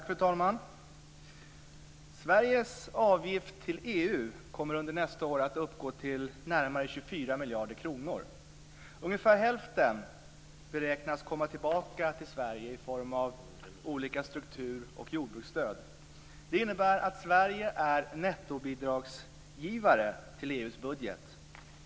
Fru talman! Sveriges avgift till EU kommer under nästa år att uppgå till närmare 24 miljarder kronor. Ungefär hälften beräknas komma tillbaka till Sverige i form av olika struktur och jordbruksstöd. Det innebär att Sverige är nettobidragsgivare till EU:s budget.